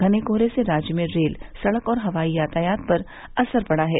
घने कोहरे से राज्य में रेल सड़क और हवाई यातायात पर असर पड़ा है